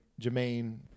Jermaine